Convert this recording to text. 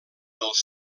dels